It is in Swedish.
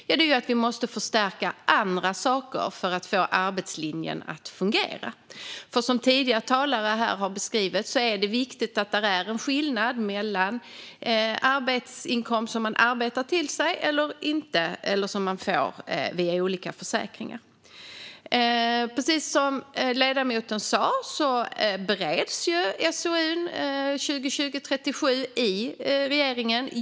Jo, det är att vi måste förstärka andra saker för att få arbetslinjen att fungera. Som tidigare talare har beskrivit här är det viktigt att det är en skillnad mellan inkomster som man har arbetat ihop och ersättningar som man får via olika försäkringar. Precis som ledamoten sa bereds SOU 2020:37 av regeringen.